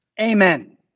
Amen